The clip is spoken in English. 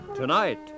Tonight